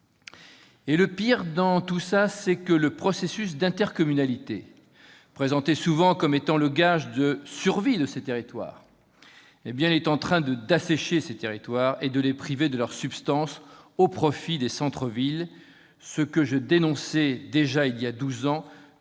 ! Le pire, dans l'affaire, est que le processus d'intercommunalité, souvent présenté comme étant le gage de survie de ces territoires, est en train d'assécher ces derniers et de les priver de leur substance, au profit des centres-villes. Je dénonçais déjà ce phénomène